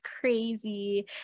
crazy